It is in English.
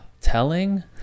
telling